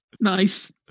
nice